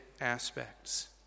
aspects